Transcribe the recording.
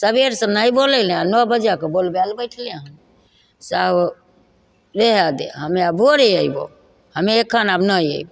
सबेरसँ नहि बोलेलै नओ बजे कऽ बोलबय लए बैठलै हन आब रहय दए हमे आब भोरे अइबो हमे एखन आब नहि अइबौ